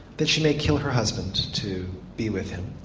that she may kill her husband to be with him.